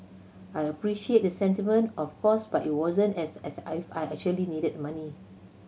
I appreciate the sentiment of course but it wasn't as if I I actually needed money